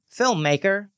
filmmaker